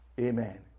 Amen